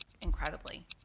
Incredibly